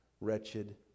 wretched